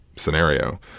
scenario